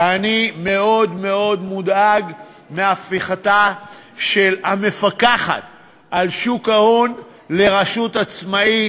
ואני מאוד מאוד מודאג מהפיכתה של המפקחת על שוק ההון לרשות עצמאית.